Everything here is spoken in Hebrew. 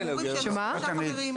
הם אומרים שיש חמישה חברים.